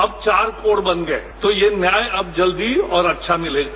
अब चार कोर बन गये तो न्याय अब जल्दी और अच्छा मिलेगा